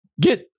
Get